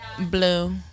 Blue